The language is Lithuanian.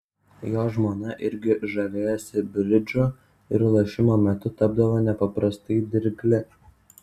jo žmona irgi žavėjosi bridžu ir lošimo metu tapdavo nepaprastai dirgli